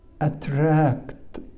attract